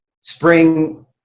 Spring